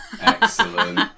Excellent